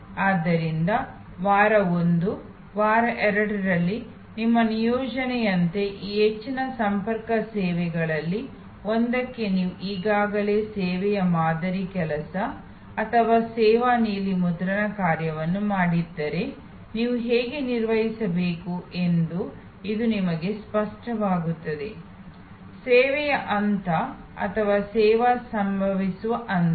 ಆದ್ದರಿಂದ ವಾರ 1 ವಾರ 2 ರಲ್ಲಿ ನಿಮ್ಮ ನಿಯೋಜನೆಯಂತೆ ಈ ಹೆಚ್ಚಿನ ಸಂಪರ್ಕ ಸೇವೆಗಳಲ್ಲಿ ಒಂದಕ್ಕೆ ನೀವು ಈಗಾಗಲೇ ಸೇವೆಯ ಮಾದರಿ ಕೆಲಸ ಅಥವಾ ಸೇವಾ ನೀಲಿ ಮುದ್ರಣ ಕಾರ್ಯವನ್ನು ಮಾಡಿದ್ದರೆ ನೀವು ಹೇಗೆ ನಿರ್ವಹಿಸಬೇಕು ಎಂದು ಇದು ನಿಮಗೆ ಸ್ಪಷ್ಟವಾಗುತ್ತದೆ ಸೇವೆಯ ಹಂತ ಅಥವಾ ಸೇವಾ ಸಂಭವಿಸುವ ಹಂತ